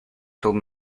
told